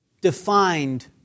defined